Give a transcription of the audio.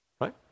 Right